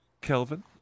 Kelvin